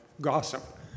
gossip